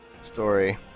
story